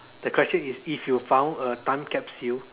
the question if you found a time capsule